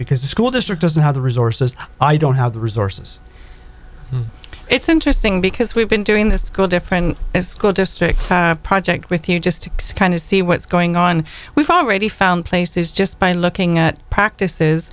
because the school district doesn't have the resources i don't have the resources it's interesting because we've been doing this cool different school district project with you just kind of see what's going on we've already found places just by looking at practices